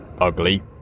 Ugly